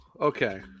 okay